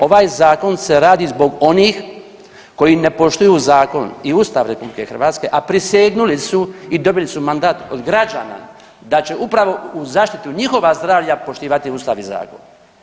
Ovaj zakon se radi zbog onih koji ne poštuju zakon i Ustav RH, a prisegnuli su i dobili su mandat od građana da će upravo u zaštitu njihova zdravlja poštivati ustav i zakon.